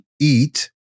eat